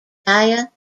playa